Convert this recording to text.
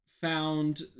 found